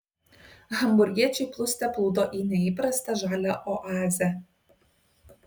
hamburgiečiai plūste plūdo į neįprastą žalią oazę